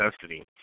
custody